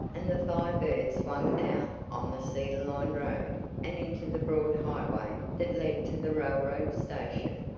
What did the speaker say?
and the fire bird swung out on the cedar-lined road and into the broad highway that led to the railroad station.